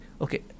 okay